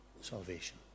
salvation